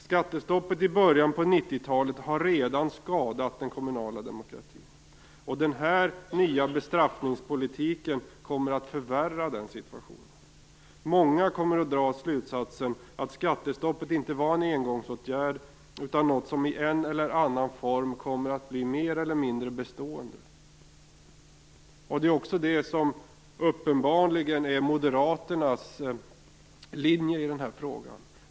Skattestoppet i början av 1990-talet har redan skadat den kommunala demokratin. Den här nya bestraffningspolitiken kommer att förvärra situationen. Många kommer att dra slutsatsen att skattestoppet inte var en engångsåtgärd utan något som i en eller annan form kommer att bli mer eller mindre bestående. Det är också detta som uppenbarligen är Moderaternas linje i den här frågan.